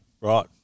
Right